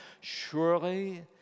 Surely